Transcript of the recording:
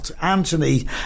Anthony